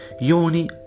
yoni